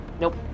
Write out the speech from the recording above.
Nope